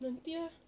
nanti ah